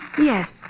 Yes